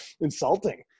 insulting